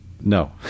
no